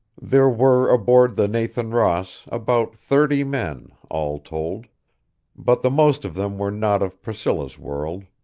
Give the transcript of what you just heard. there were aboard the nathan ross about thirty men, all told but the most of them were not of priscilla's world.